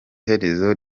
herezo